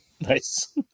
Nice